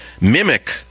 mimic